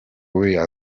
weah